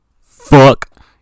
Fuck